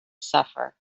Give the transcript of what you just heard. suffer